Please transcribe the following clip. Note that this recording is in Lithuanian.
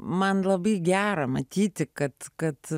man labai gera matyti kad kad